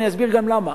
ואסביר גם למה.